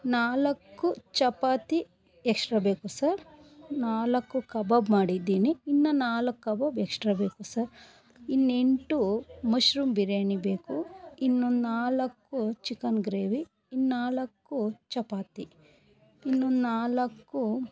ನಾಲ್ಕು ಚಪಾತಿ ಎಕ್ಷ್ಟ್ರಾ ಬೇಕು ಸರ್ ನಾಲ್ಕು ಕಬಾಬ್ ಮಾಡಿದ್ದೀನಿ ಇನ್ನು ನಾಲ್ಕು ಕಬಾಬ್ ಎಕ್ಷ್ಟ್ರಾ ಬೇಕು ಸರ್ ಇನ್ನು ಎಂಟು ಮಶ್ರೂಮ್ ಬಿರಿಯಾನಿ ಬೇಕು ಇನ್ನೊಂದು ನಾಲ್ಕು ಚಿಕನ್ ಗ್ರೇವಿ ಇನ್ನು ನಾಲ್ಕು ಚಪಾತಿ ಇನ್ನೊಂದು ನಾಲ್ಕು